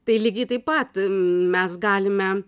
tai lygiai taip pat mes galime